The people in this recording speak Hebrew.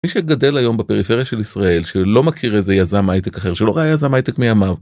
מי שגדל היום בפריפריה של ישראל שלא מכיר איזה יזם הייטק אחר שלא ראה יזם הייטק מימיו.